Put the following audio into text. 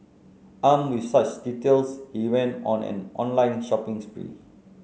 armed with such details he went on an online shopping spree